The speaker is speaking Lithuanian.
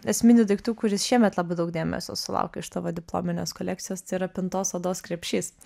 esminių daiktų kuris šiemet labai daug dėmesio sulaukė iš tavo diplominės kolekcijos tai yra pintos odos krepšys